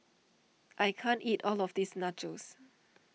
I can't eat all of this Nachos